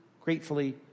gratefully